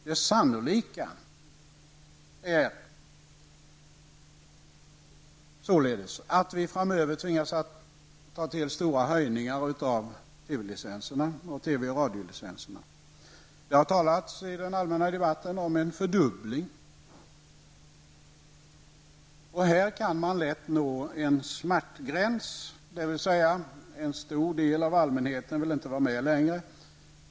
Det sannolika är således att vi framöver tvingas att ta till stora höjningar av radiooch TV-licenserna. I den allmänna debatten har det talats om en fördubbling. Här kan man lätt nå en smärtgräns, dvs. att en stor del av allmänheten inte längre vill vara med.